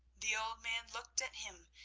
the old man looked at him,